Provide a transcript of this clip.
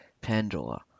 pandora